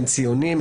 הם ציוניים,